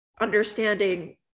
understanding